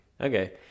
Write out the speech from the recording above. Okay